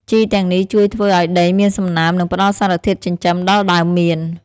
ជីទាំងនេះជួយធ្វើឱ្យដីមានសំណើម និងផ្តល់សារធាតុចិញ្ចឹមដល់ដើមមៀន។